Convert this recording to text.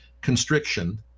constriction